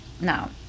now